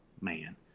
man